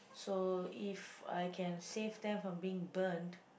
so if I can save them from being burnt